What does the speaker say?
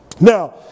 Now